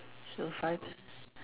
so five